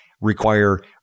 require